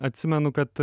atsimenu kad